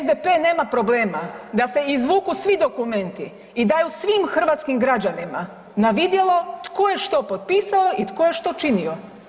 SDP nema problema da se izvuku svi dokumenti i daju svim hrvatskim građanima na vidjelo tko je što potpisao i tko je što činio.